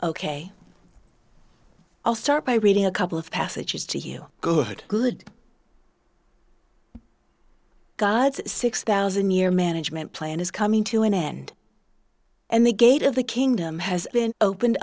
ok i'll start by reading a couple of passages to you good good gods six thousand year management plan is coming to an end and the gate of the kingdom has been opened